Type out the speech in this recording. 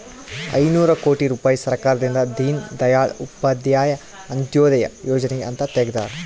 ಐನೂರ ಕೋಟಿ ರುಪಾಯಿ ಸರ್ಕಾರದಿಂದ ದೀನ್ ದಯಾಳ್ ಉಪಾಧ್ಯಾಯ ಅಂತ್ಯೋದಯ ಯೋಜನೆಗೆ ಅಂತ ತೆಗ್ದಾರ